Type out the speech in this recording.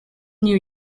new